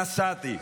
נסעתי.